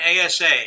ASA